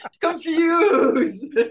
confused